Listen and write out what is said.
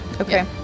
Okay